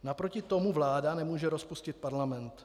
Naproti tomu vláda nemůže rozpustit parlament.